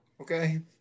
Okay